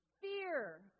Fear